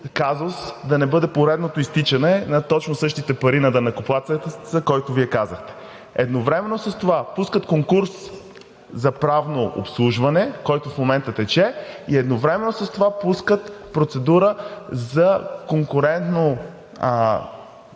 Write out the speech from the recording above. казус да не бъде поредното изтичане на точно същите пари на данъкоплатеца, за които Вие казахте. Едновременно с това пускат конкурс за правно обслужване, който в момента тече, и едновременно с това пускат процедура за конкурентно